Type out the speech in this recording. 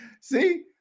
See